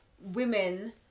women